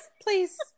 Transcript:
Please